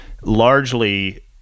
largely